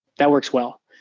that works well.